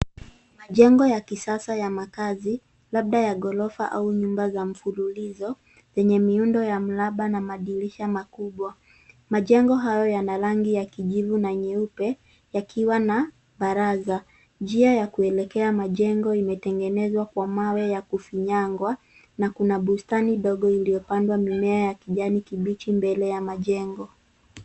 Majengo ya kisasa ya makazi labda ya ghorofa au nyumba za mfululizo zenye miundo ya mraba na madirisha makubwa. Majengo hayo yana rangi ya kijivu na nyeupe yakiwa na baraza. Njia ya kuelekea majengo imetegenezewa kwa mawe ya kufinyagwa na kuna bustani ndogo iliyopandwa mimea ya kijani kibichi mbele ya majengo.